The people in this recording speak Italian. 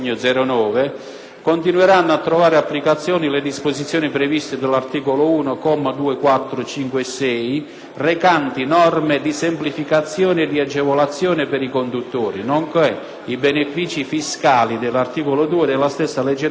continueranno a trovare applicazione le disposizioni previste dall'articolo 1, commi 2, 4, 5 e 6, recanti norme di semplificazione e di agevolazione per i conduttori, nonché i benefici fiscali dell'articolo 2 della stessa legge n. 9 del 2007.